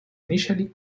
initially